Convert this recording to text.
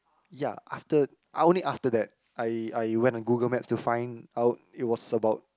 ya after I only after that I I went on Google maps to find out it was about